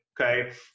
okay